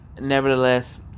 nevertheless